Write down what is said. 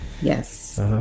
yes